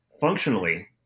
functionally